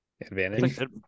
advantage